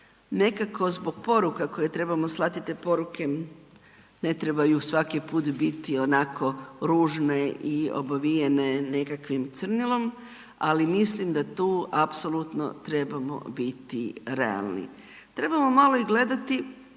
nekako zbog poruka koje trebamo slati, te poruke ne trebaju svaki put biti onako ružne i obavijene nekakvim crnilom, ali mislim da tu apsolutno trebamo biti realni, trebamo malo i gledati